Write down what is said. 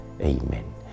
Amen